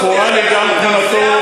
זכורה לי גם תמונתו,